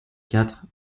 quatre